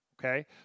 okay